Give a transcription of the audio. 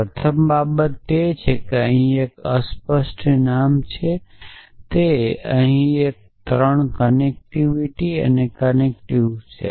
પ્રથમ બાબત તે છે કે તે એક અસ્પષ્ટ નામ તે અહીં એક કનેક્ટિવ છે તે કનેક્ટિવ છે